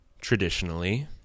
traditionally